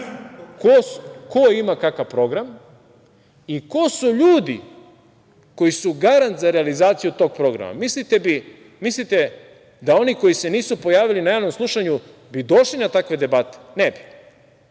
ko ima kakav program i ko su ljudi koji su garant za realizaciju tog programa. Mislite da oni koji se nisu pojavili na javnom slušanju, bi došli na takve debate? Ne bi. Oni